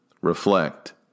reflect